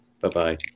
Bye-bye